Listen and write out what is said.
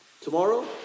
Tomorrow